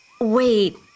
Wait